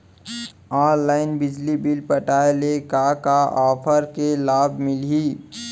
Online बिजली bill पटाय ले का का ऑफ़र के लाभ मिलही?